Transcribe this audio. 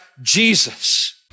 jesus